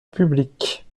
publique